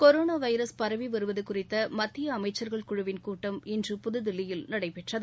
corona virus பரவி வருவது குறித்த மத்திய அமைச்ச்கள் குழுவின் கூட்டம் இன்று புதுதில்லியில் நடைபெற்றது